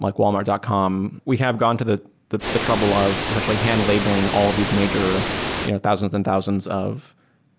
like walmart dot com. we have gone to the the trouble of essentially hand labeling all of these major you know thousands and thousands of